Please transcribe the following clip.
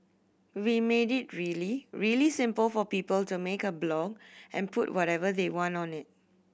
we made it really really simple for people to make a blog and put whatever they want on it